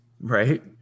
Right